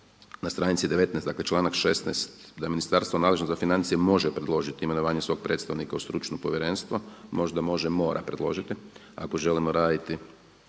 na stranici 19. dakle članak 16. da je ministarstvo nadležno za financije može predložiti imenovanje svog predstavnika u stručno povjerenstvo. Možda može, mora predložiti ako želimo raditi,